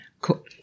Cool